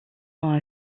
sont